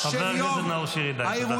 --- אתם האשמים.